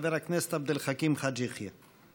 חבר הכנסת עבד אל חכים חאג' יחיא.